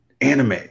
anime